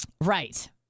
Right